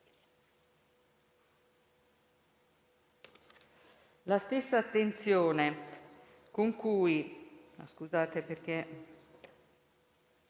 La stessa attenzione con cui,